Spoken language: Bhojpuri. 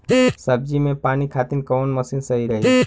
सब्जी में पानी खातिन कवन मशीन सही रही?